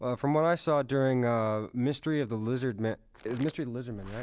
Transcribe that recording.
ah from what i saw during ah mystery of the lizard men. it's mystery lizard men,